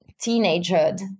teenagehood